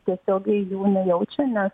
tiesiogiai jų nejaučia nes